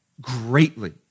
greatly